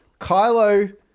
Kylo